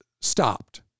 stopped